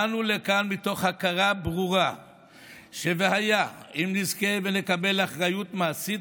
באנו לכאן מתוך הכרה ברורה שהיה אם נזכה ונקבל אחריות מעשית